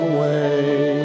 Away